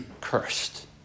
cursed